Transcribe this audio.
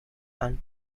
and